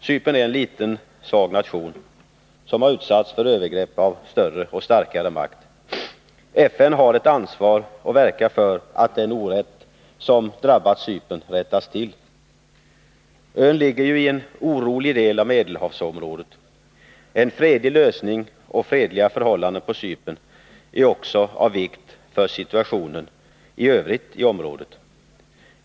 Cypern är en liten, svag nation, som har utsatts för övergrepp av större och starkare makt. FN har ett ansvar att verka för att den orätt som drabbat Cypern rättas till. Ön ligger i en orolig del av Medelhavsområdet. En fredlig lösning och fredliga förhållanden på Cypern är också av vikt för situationen i övrigt i området.